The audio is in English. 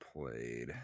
played